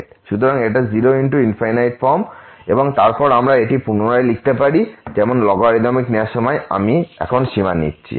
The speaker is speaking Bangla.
সুতরাং 0 ×∞ ফর্ম এবং তারপর আমরা এটি পুনরায় লিখতে পারি যেমন লগারিদমিক নেওয়ার সময় আমি এখন সীমা নিচ্ছি